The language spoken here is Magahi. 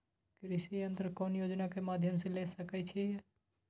कृषि यंत्र कौन योजना के माध्यम से ले सकैछिए?